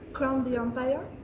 crown the empire